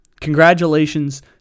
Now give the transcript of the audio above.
congratulations